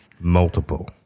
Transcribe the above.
Multiple